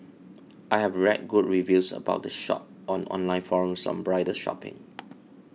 I have read good reviews about the shop on online forums on bridal shopping